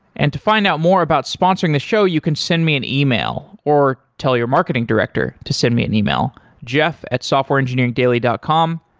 and to find out more about sponsoring the show, you can send me an ah e-mail or tell your marketing director to send me an e-mail jeff at softwareengineeringdaily dot com.